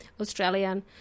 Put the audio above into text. Australian